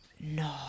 No